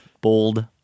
bold